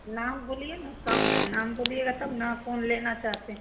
नाम बोलिए न सब है नाम बोलिएगा तब न कौन लेना चाहते हैं